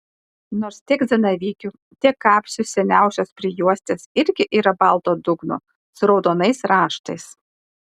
nors tiek zanavykių tiek kapsių seniausios prijuostės irgi yra balto dugno su raudonais raštais